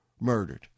murdered